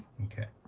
okay.